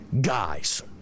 guys